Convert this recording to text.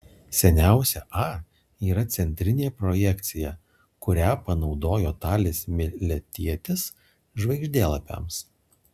seniausia a yra centrinė projekcija kurią panaudojo talis miletietis žvaigždėlapiams